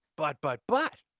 but, but, but,